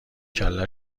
کله